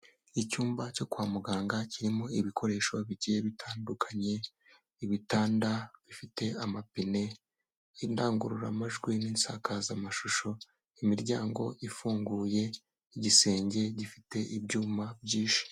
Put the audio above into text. Icyumba cyo kwa muganga kirimo ibikoresho bigiye bitandukanye, ibitanda bifite amapine, indangururamajwi n'insakazamashusho, imiryango ifunguye, igisenge gifite ibyuma byinshi.